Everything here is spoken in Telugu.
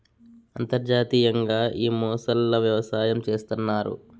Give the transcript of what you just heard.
అంతర్జాతీయంగా ఈ మొసళ్ళ వ్యవసాయం చేస్తన్నారు